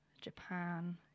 Japan